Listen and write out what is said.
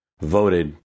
voted